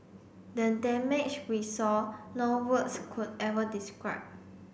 the damage we saw no words could ever describe